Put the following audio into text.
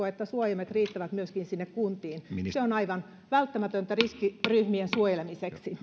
että suojaimet riittävät myöskin sinne kuntiin se on aivan välttämätöntä riskiryhmien suojelemiseksi